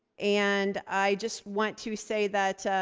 and i just want to say that